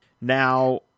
Now